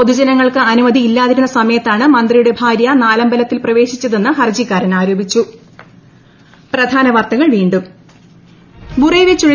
പൊതു ജനങ്ങൾക്ക് അനുമതി ഇല്ലായിരുന്ന സമയ്ത്താണ് മന്ത്രിയുടെ ഭാരൃ നാലമ്പലത്തിൽ പ്രവേശിച്ചതെന്ന് ഹർജിക്കാരൻ ആരോപിച്ചു